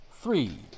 three